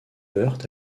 heurte